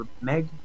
Meg